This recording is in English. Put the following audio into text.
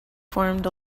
formed